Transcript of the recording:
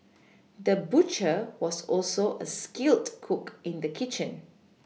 the butcher was also a skilled cook in the kitchen